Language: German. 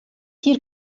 hier